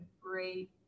great